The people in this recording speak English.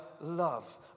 love